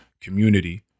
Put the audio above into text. community